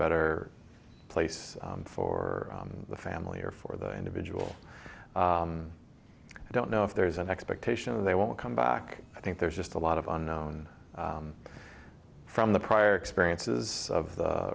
better place for the family or for the individual i don't know if there's an expectation that they won't come back i think there's just a lot of unknown from the prior experiences of the